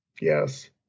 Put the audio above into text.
Yes